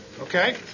Okay